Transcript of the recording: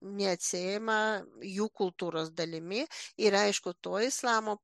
neatsiejama jų kultūros dalimi ir aišku to islamo